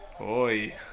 Oi